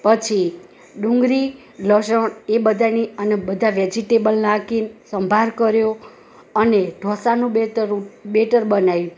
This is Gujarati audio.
પછી ડુંગળી લસણ એ બધાયની અને બધા વેજીટેબલ નાખી સંભાર કર્યો અને ઢોસાનું બેટર બેતર બનાવ્યું